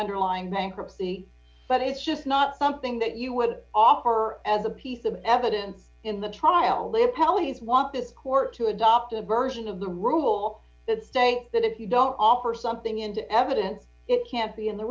underlying bankruptcy but it's just not something that you would offer as a piece of evidence in the trial live pallies want the court to adopt a version of the rule that say that if you don't offer something d into evidence it can't be in the